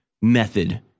method